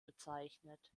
bezeichnet